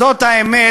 זאת האמת,